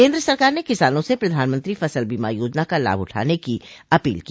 केन्द्र सरकार ने किसानों से प्रधानमंत्री फसल बीमा योजना का लाभ उठाने की अपील की